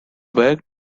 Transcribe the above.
worked